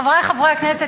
חברי חברי הכנסת,